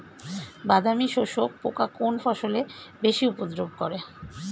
বাদামি শোষক পোকা কোন ফসলে বেশি উপদ্রব করে?